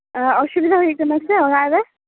ᱚᱥᱩᱵᱤᱫᱟ ᱦᱩᱭᱩᱜ ᱠᱟᱱᱟ ᱥᱮ ᱚᱲᱟᱜ ᱨᱮ